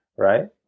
Right